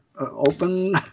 open